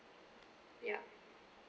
yup